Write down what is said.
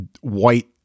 white